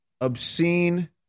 obscene